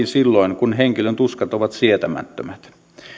silloin kun henkilön tuskat ovat sietämättömät